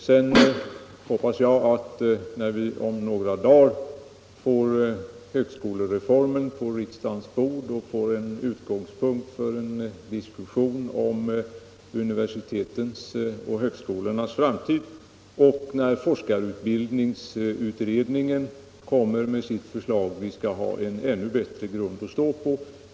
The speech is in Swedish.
Sedan hoppas jag att vi, när vi om några dagar får högskolereformen på riksdagens bord och har en utgångspunkt för en diskussion om universitetens och högskolornas framtid samt när forskarutbildningsutredningen lägger fram sitt förslag, skall ha en ännu bättre grund att stå på.